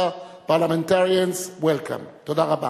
פרלמנטרים מסרי-לנקה, שמבקרים בארץ,